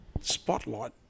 spotlight